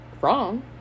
wrong